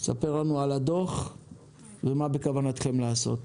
ספר לנו על הדוח ומה בכוונתכם לעשות.